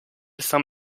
saint